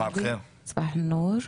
סבאח אל-ח'יר.